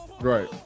right